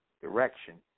direction